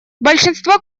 большинство